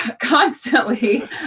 constantly